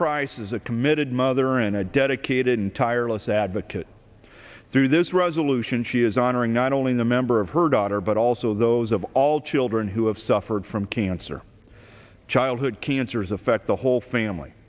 a committed mother and i dedicated entire let's advocate through this resolution she is honoring not only the member of her daughter but also those of all children who have suffered from cancer childhood cancers affect the whole family